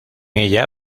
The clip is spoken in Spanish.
ella